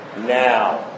now